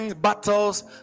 battles